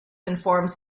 informs